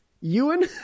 Ewan